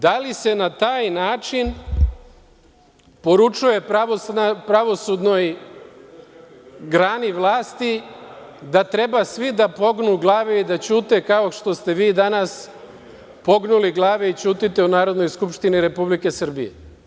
Da li se na taj način poručuje pravosudnoj grani vlasti da treba svi da pognu glave i da ćute kao što ste vi danas pognuli glave i ćutite u Narodnoj skupštini Republike Srbije?